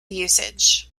usage